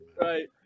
Right